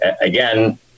again